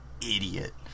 idiot